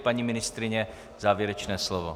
Paní ministryně, závěrečné slovo.